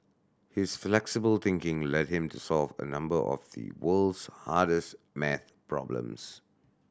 his flexible thinking led him to solve a number of the world's hardest maths problems